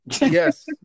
Yes